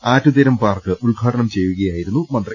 Attutheeram park ഉദ്ഘാ ടനം ചെയ്യുകയായിരുന്നു മന്ത്രി